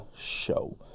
show